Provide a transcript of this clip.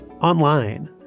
Online